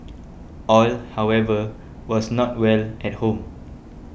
all however was not well at home